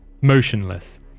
Motionless